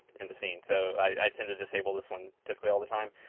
and the scene. so, i tend to disable this one typically all the time.